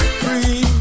free